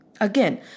again